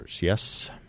yes